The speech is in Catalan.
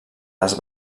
les